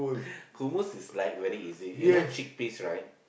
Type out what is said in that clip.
hummus is like whether is it you know chickpeas right